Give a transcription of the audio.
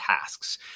tasks